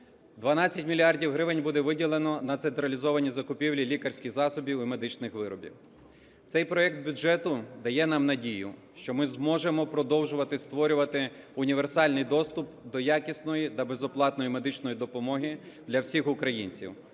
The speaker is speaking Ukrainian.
12 мільярдів гривень буде виділено на централізовані закупівлі лікарських засобів і медичних виробів. Цей проект бюджету дає нам надію, що ми зможемо продовжувати створювати універсальний доступ до якісної та безоплатної медичної допомоги для всіх українців